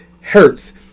Hertz